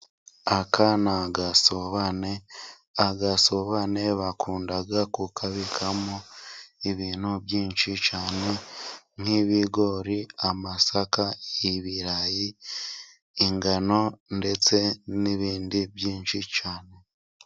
Aka ni agasobane. Agasobane bakunda kukabikamo ibintu byinshi cyane nk'ibigori, amasaka, ibirayi, ingano, ndetse n'ibindi byinshi cyane.